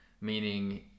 meaning